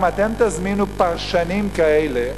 אם אתם תזמינו פרשנים כאלה,